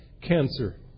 cancer